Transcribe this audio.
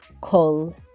call